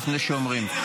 לפני שאומרים.